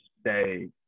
stay